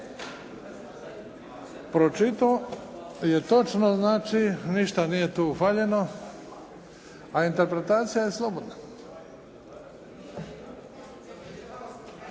Pročitao je točno, znači ništa nije tu faljeno, a interpretacija je slobodna.